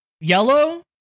yellow